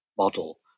model